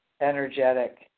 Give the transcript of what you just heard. energetic